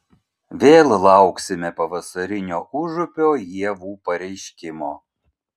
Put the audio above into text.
vėl lauksime pavasarinio užupio ievų pareiškimo